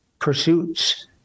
pursuits